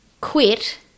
quit